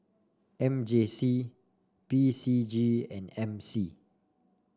M J C P C G and M C